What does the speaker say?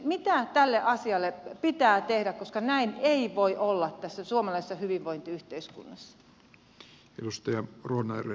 mitä tälle asialle pitää tehdä koska näin ei voi olla tässä suomalaisessa hyvinvointiyhteiskunnassa